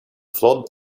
flood